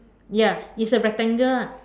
ya is the rectangle ah